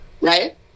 Right